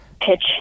pitch